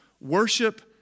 Worship